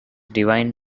divine